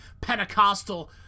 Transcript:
Pentecostal